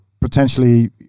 potentially